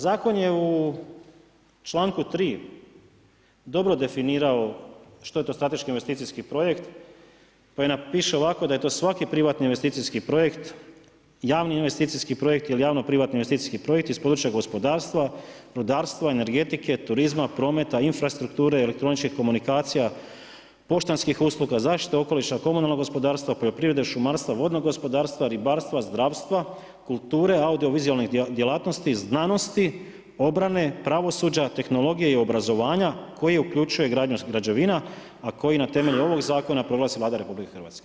Zakon je u članku 3. dobro definirao što je strateški investicijski projekt u kojem piše ovako, da je to svaki privatni investicijski projekt, javni investicijski projekt ili javno-privatni investicijski projekt iz područja gospodarstva, rudarstva, energetike, turizma, prometa, infrastrukture, elektroničkih komunikacija, poštanskih usluga, zaštita okoliša, komunalna gospodarstva, poljoprivrede, šumarstva, vodnog gospodarstva, ribarstva, zdravstva, kulture, audio-vizualnih djelatnosti, znanosti, obrane, pravosuđa, tehnologije i obrazovanja koje uključuje gradnju građevina a koji na temelju ovog zakona proglasi Vlada RH.